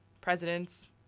presidents